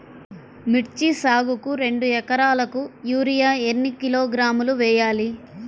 మిర్చి సాగుకు రెండు ఏకరాలకు యూరియా ఏన్ని కిలోగ్రాములు వేయాలి?